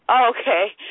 Okay